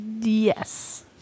Yes